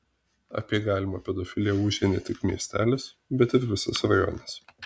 apie galimą pedofiliją ūžė ne tik miestelis bet ir visas rajonas